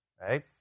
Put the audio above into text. right